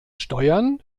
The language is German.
steuern